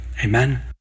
Amen